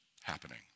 happening